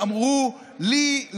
שאמרו לי,